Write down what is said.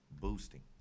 boosting